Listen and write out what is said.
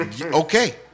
Okay